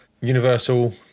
Universal